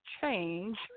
change